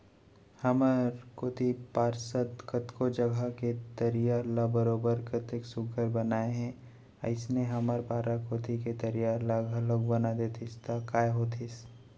हमर कोती पार्षद कतको जघा के तरिया ल बरोबर कतेक सुग्घर बनाए हे अइसने हमर पारा कोती के तरिया ल घलौक बना देतिस त काय होतिस